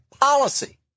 policy